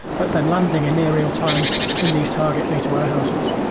but then landing an aerial time in these target data warehouses.